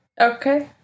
Okay